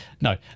No